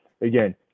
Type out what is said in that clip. again